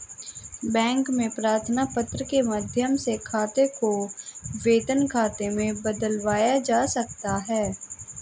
bank में प्रार्थना पत्र के माध्यम से खाते को वेतन खाते में बदलवाया जा सकता है